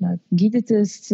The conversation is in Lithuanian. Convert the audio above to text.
na gydytis